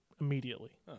immediately